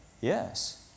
Yes